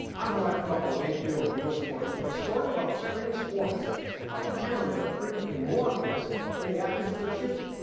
i'm bryant gumbel of hbo's real sports, with a story about extreme sports and how the cameramen are frequently more at risk than the athletes they're shooting.